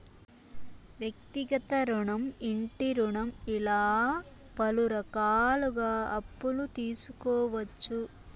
వ్యక్తిగత రుణం ఇంటి రుణం ఇలా పలు రకాలుగా అప్పులు తీసుకోవచ్చు